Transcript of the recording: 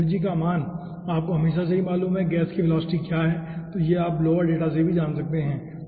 और का मान आपको हमेशा से ही मालूम है गैस की वेलोसिटी क्या है ये आप ब्लोअर डेटा से भी जान सकते हैं